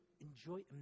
enjoy